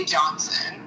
Johnson